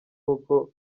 uko